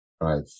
Right